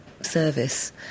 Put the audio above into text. service